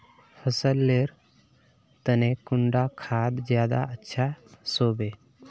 फसल लेर तने कुंडा खाद ज्यादा अच्छा सोबे?